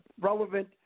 relevant